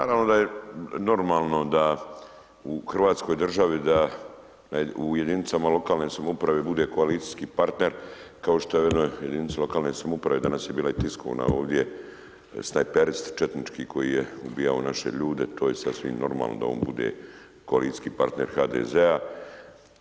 Pa naravno da je normalno da, u Hrvatskoj državi da u jedinicama lokalne samouprave bude koalicijski partner kao što je u jednoj jedinici lokalne, samouprave danas je bila i tiskovna ovdje, snajperisti četnički koji je ubijao naše ljude, to je sasvim normalno da on bude koalicijski partner HDZ-a.